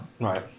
Right